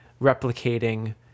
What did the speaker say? replicating